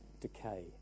decay